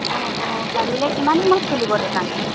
অ অ কালিলৈ কিমান সময়ত খুলিব দোকান